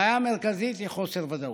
הבעיה המרכזית היא חוסר ודאות,